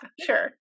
sure